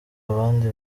abandi